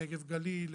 נגב-גליל,